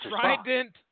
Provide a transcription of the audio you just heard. Trident